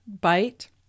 bite